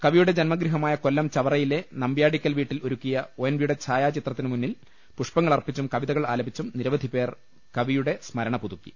കവിയുടെ ജന്മഗൃഹമായ കൊല്ലം ചവറയിലെ നമ്പ്യാടിക്കൽ വീട്ടിൽ ഒരുക്കിയ ഒ എൻ വി യുടെ ഛായാചിത്രത്തിനു മുന്നിൽ പുഷ്പങ്ങൾ അർപ്പിച്ചും കവിതകൾ ആലപിച്ചും നിരവധിപേർ കവിയുടെ സ്മരണ പുതുക്കി